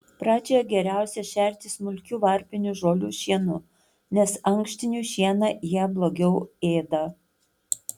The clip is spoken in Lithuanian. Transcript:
pradžioje geriausia šerti smulkiu varpinių žolių šienu nes ankštinių šieną jie blogiau ėda